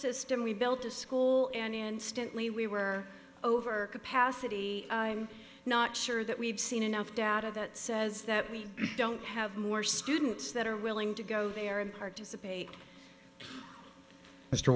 system we built a school and instantly we were over capacity not sure that we've seen enough data that says that we don't have more students that are willing to go there and participate